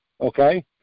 okay